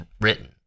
written